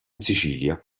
sicilia